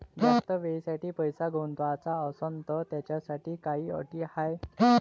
जास्त वेळेसाठी पैसा गुंतवाचा असनं त त्याच्यासाठी काही अटी हाय?